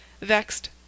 vexed